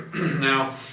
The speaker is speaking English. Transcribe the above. now